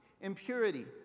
impurity